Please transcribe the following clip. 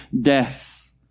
death